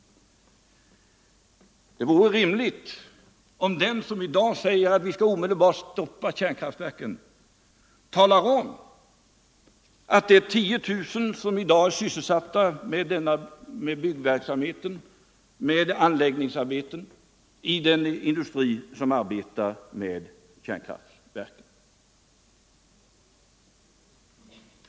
Det vore rimligt om den som i dag säger att vi omedelbart skall stoppa kärnkraftverken talar om att 10000 personer i dag är sysselsatta med byggverksamheten och med anläggningsarbeten i den industri som arbetar med kärnkraftverken.